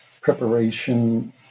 preparation